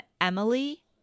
Emily